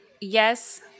yes